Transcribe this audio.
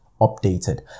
updated